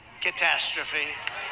catastrophe